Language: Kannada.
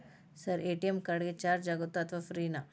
ಸರ್ ಎ.ಟಿ.ಎಂ ಕಾರ್ಡ್ ಗೆ ಚಾರ್ಜು ಆಗುತ್ತಾ ಅಥವಾ ಫ್ರೇ ನಾ?